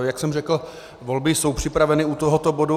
Jak jsem řekl, volby jsou připraveny u tohoto bodu.